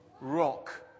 rock